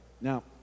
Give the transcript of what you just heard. Now